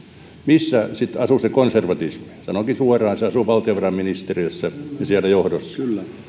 missä sitten asuu se konservatismi sanonkin suoraan se asuu valtiovarainministeriössä ja siellä johdossa